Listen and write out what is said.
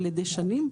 על ישי שנים,